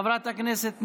חברת הכנסת נירה.